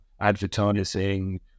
advertising